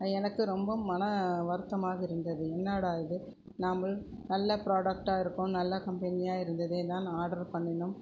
எனக்கு ரொம்ப மன வருத்தமாக இருந்தது என்னடா இது நாமல் நல்ல ப்ராடக்ட்டாக இருக்கும் நல்ல கம்பனியாக இருந்ததேன்தான் ஆட்ரு பண்ணினோம்